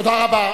תודה רבה.